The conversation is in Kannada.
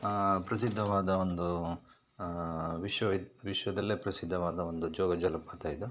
ಪ್ರಸಿದ್ದವಾದ ಒಂದು ವಿಶ್ವ ವಿಖ್ ವಿಶ್ವದಲ್ಲೇ ಪ್ರಸಿದ್ದವಾದ ಒಂದು ಜೋಗ ಜಲಪಾತ ಇದು